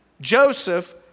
Joseph